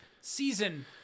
season